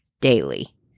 daily